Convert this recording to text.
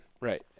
Right